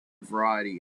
variety